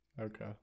Okay